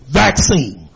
vaccine